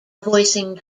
voicing